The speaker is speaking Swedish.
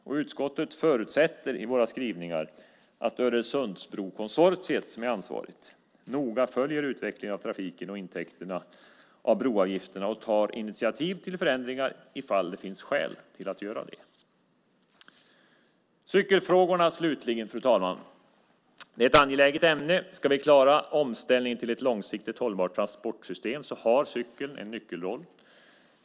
Vi i utskottet förutsätter i våra skrivningar att Öresundsbrokonsortiet som är ansvarigt noga följer utvecklingen av trafiken och intäkterna av broavgifterna och tar initiativ till förändringar ifall det finns skäl till att göra det. Slutligen, fru talman, är cykelfrågorna ett angeläget ämne. Ska vi klara omställningen till ett långsiktigt hållbart transportsystem har cykeln en nyckelroll.